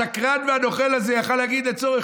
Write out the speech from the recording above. השקרן והנוכל הזה יכול להגיד: לצורך